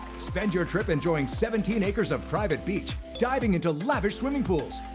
spend your trip enjoying seventeen acres of private beach. diving into lavish swimming pools.